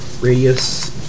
radius